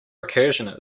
recursion